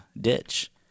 ditch